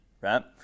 right